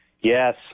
Yes